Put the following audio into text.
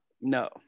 No